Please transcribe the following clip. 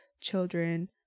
children